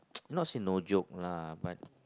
not say no joke lah but